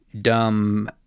dumb